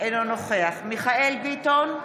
אינו נוכח מיכאל מרדכי ביטון,